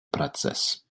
процесс